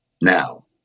now